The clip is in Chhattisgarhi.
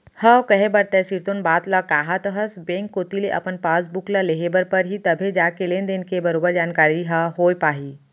हव कहे बर तैं सिरतोन बात ल काहत हस बेंक कोती ले अपन पासबुक ल लेहे बर परही तभे जाके लेन देन के बरोबर जानकारी ह होय पाही